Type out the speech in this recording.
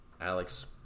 Alex